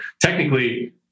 technically